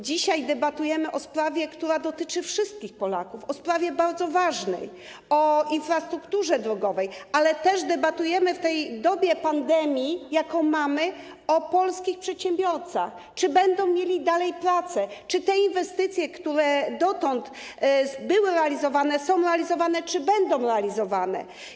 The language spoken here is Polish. Dzisiaj debatujemy o sprawie, która dotyczy wszystkich Polaków, o sprawie bardzo ważnej, o infrastrukturze drogowej, ale też debatujemy w dobie pandemii, jaką mamy, o polskich przedsiębiorcach, czy będą mieli dalej pracę, czy te inwestycje, które dotąd były realizowane, są realizowane, czy będą realizowane.